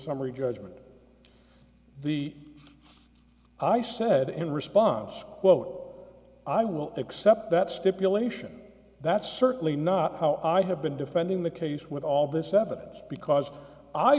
summary judgment of the i said in response quote i will accept that stipulation that's certainly not how i have been defending the case with all this evidence because i